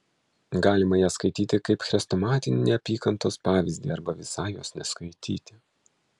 galima ją skaityti kaip chrestomatinį neapykantos pavyzdį arba visai jos neskaityti